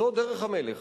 זאת דרך המלך,